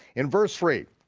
in verse three,